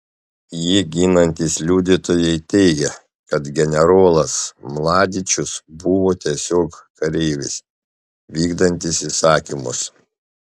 jį ginantys liudytojai teigia kad generolas mladičius buvo tiesiog kareivis vykdantis įsakymus